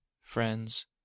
friends